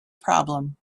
problem